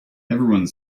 everyone